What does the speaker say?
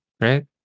right